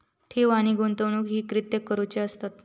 ठेव आणि गुंतवणूक हे कित्याक करुचे असतत?